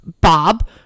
Bob